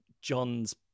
John's